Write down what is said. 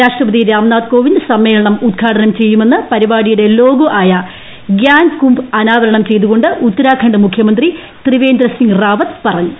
രാഷ്ട്രപതി രാംനാഥ് കോവിന്ദ് സമ്മേളനം ഉദ്ഘാടനം ചെയ്യുമെന്ന് പരിപാടിയുടെ ലോഗോ ആയ ഗ്യാൻകുംഭ് അനാവരണം ചെയ്ത് കൊണ്ട് ഉത്തരാഖണ്ഡ് മുഖ്യമന്ത്രി ത്രിവേന്ദ്രസിംഗ് റാവത്ത് പറഞ്ഞു